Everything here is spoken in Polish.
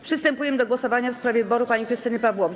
Przystępujemy do głosowania w sprawie wyboru pani Krystyny Pawłowicz.